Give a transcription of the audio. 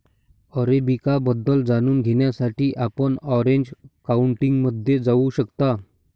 arabica बद्दल जाणून घेण्यासाठी आपण ऑरेंज काउंटीमध्ये जाऊ शकता